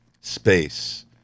space